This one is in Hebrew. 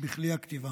בכלי הכתיבה.